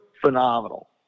phenomenal